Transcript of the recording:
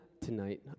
tonight